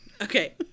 okay